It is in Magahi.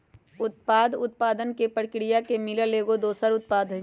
उपोत्पाद उत्पादन परकिरिया से मिलल एगो दोसर उत्पाद हई